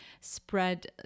spread